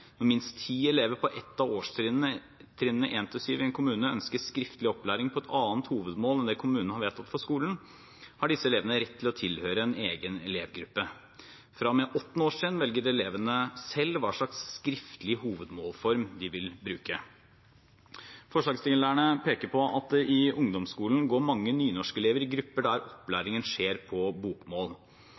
når minst ti elever på ett av årstrinnene 1–7 i en kommune ønsker skriftlig opplæring på et annet hovedmål enn det kommunen har vedtatt for skolen, har disse elevene rett til å tilhøre en egen elevgruppe. Fra og med 8. årstrinn velger elevene selv hvilken skriftlig hovedmålform de vil bruke. Forslagsstillerne peker på at på ungdomsskolen går mange nynorskelever i grupper der opplæringen skjer på bokmål.